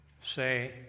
say